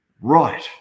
right